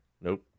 Nope